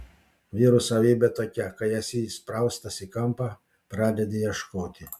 vyrų savybė tokia kai esi įspraustas į kampą pradedi ieškoti